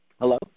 Hello